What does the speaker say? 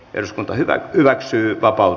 eduskunta hyväksyi vapaa